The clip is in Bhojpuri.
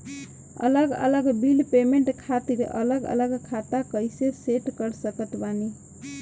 अलग अलग बिल पेमेंट खातिर अलग अलग खाता कइसे सेट कर सकत बानी?